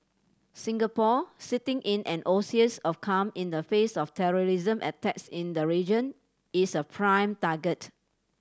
Singapore sitting in an oasis of calm in the face of terrorism attacks in the region is a prime target